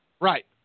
Right